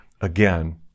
again